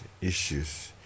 issues